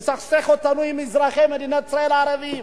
לסכסך אותנו עם אזרחי מדינת ישראל הערבים,